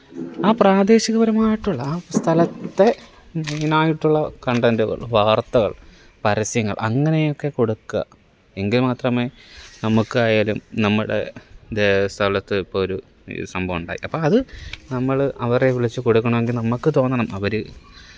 ആ പ്രാദേശികപരമായിട്ടുള്ള ആ സ്ഥലത്തെ മെയിനായിട്ടുള്ള കണ്ടന്റ്കള് വാര്ത്തകള് പരസ്യങ്ങള് അങ്ങനെയൊക്കെ കൊടുക്കുക എങ്കിൽ മാത്രമേ നമുക്കായാലും നമ്മുടെ ഇതേ സ്ഥലത്ത് ഇപ്പം ഒരു ഈ സംഭവം ഉണ്ടായി അപ്പം അത് നമ്മള് അവരെ വിളിച്ച് കൊടുക്കണമെങ്കിൽ നമുക്ക് തോന്നണം അവര്